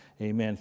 Amen